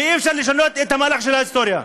ואי-אפשר לשנות את המהלך של ההיסטוריה.